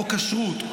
או כשרות,